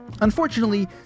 Unfortunately